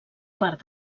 part